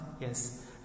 Yes